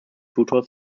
tutor